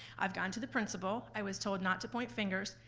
i've gone to the principal, i was told not to point fingers.